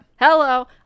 hello